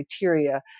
criteria